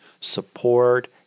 support